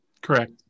correct